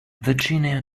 virginia